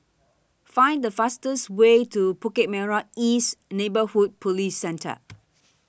Find The fastest Way to Bukit Merah East Neighbourhood Police Centre